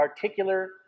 particular